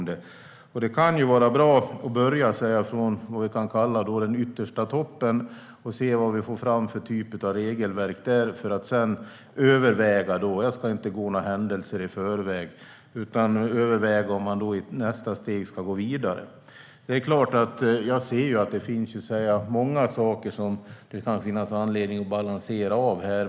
Det kan vara bra att börja från vad vi kan kalla den högsta toppen och se vilken typ av regelverk vi får fram där, för att sedan överväga - jag ska inte gå några händelser i förväg - om man i nästa steg ska gå vidare. Jag ser att det finns många saker som det kan finnas anledning att balansera.